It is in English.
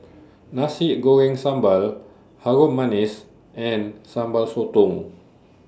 Nasi Goreng Sambal Harum Manis and Sambal Sotong